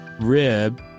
rib